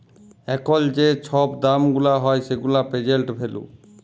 এখল যে ছব দাম গুলা হ্যয় সেগুলা পের্জেল্ট ভ্যালু